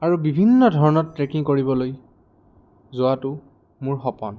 আৰু বিভিন্ন ধৰণৰ ট্ৰেকিং কৰিবলৈ যোৱাটো মোৰ সপোন